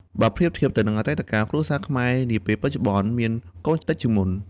បើប្រៀបធៀបទៅនឹងអតីតកាល គ្រួសារខ្មែរនាពេលបច្ចុប្បន្នមានកូនតិចជាងមុន។